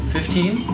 Fifteen